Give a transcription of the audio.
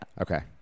Okay